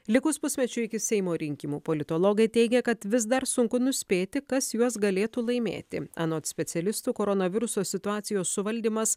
likus pusmečiui iki seimo rinkimų politologai teigia kad vis dar sunku nuspėti kas juos galėtų laimėti anot specialistų koronaviruso situacijos suvaldymas